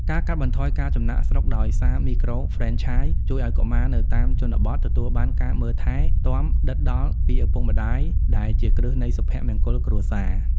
ការកាត់បន្ថយការចំណាកស្រុកដោយសារមីក្រូហ្វ្រេនឆាយ ជួយឱ្យកុមារនៅតាមជនបទទទួលបានការមើលថែទាំដិតដល់ពីឪពុកម្ដាយ ដែលជាគ្រឹះនៃសុភមង្គលគ្រួសារ។